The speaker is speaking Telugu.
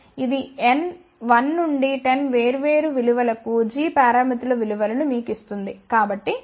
ఇది n 1 నుండి 10 వేర్వేరు విలువలకు g పారామితుల విలువను మీకు ఇస్తుంది